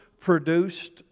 produced